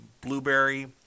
Blueberry